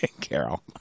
Carol